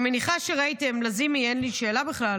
אני מניחה שראיתם, לזימי, אין לי שאלה בכלל